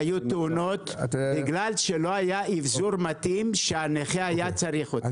היו תאונות בגלל שלא היה אבזור מתאים שהנכה היה צריך אותו.